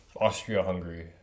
Austria-Hungary